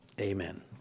Amen